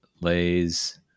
lays